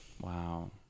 Wow